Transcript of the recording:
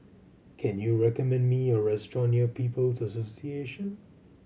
can you recommend me a restaurant near People's Association